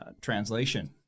translation